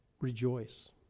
rejoice